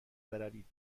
بروید